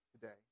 today